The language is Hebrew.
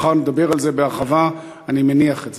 מחר נדבר על זה בהרחבה, אני מניח את זה.